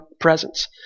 presence